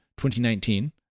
2019